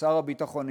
שר הביטחון,